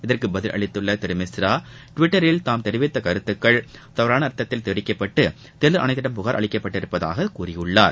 இதற்கு பதில் அளித்துள்ள திரு மிஸ்ரா டுவிட்டரில் தாம் தெரிவித்திருந்த கருத்துக்கள் தவறான அர்த்தத்தில் திரிக்கப்பட்டு தேர்தல் ஆணையத்திடம் புகார் அளிக்கப்பட்டிருப்பதாக கூறியுள்ளார்